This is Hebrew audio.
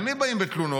אל מי באים בתלונות?